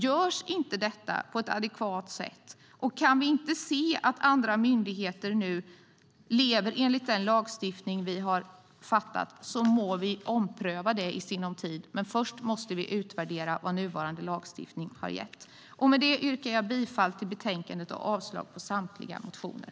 Görs inte detta på ett adekvat sätt, och kan vi inte se att andra myndigheter nu lever enligt den lagstiftning vi har fattat beslut om, må vi ompröva det i sinom tid. Men först måste vi utvärdera vad nuvarande lagstiftning har gett. Med det yrkar jag bifall till förslaget i betänkandet och avslag på samtliga motioner.